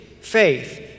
faith